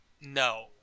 No